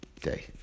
day